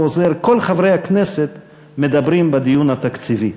אותו עוזר: כל חברי הכנסת מדברים בדיון התקציבי,